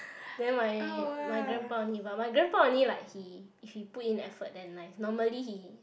then my my grandpa only but my grandpa only like he if he put in effort then nice normally he